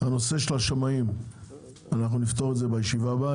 הנושא של השמאים אנחנו נפתור בישיבה הבאה.